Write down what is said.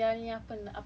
what can